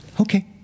Okay